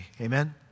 amen